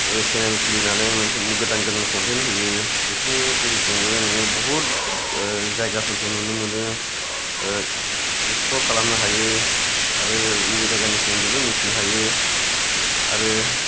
सेनेल खुलिनानै मोनसे गोदान गोदान कन्टेन्ट होयो बेफोरनि गेजेरजोंबो नोङो बहुथ जायगाफोरखौ नुनो मोनो एक्सप्ल'र खालामनो हायो आरो उमुक जायगानि सोमोन्दैबो मिथिनो हायो आरो